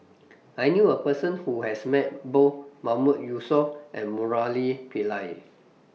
I knew A Person Who has Met Both Mahmood Yusof and Murali Pillai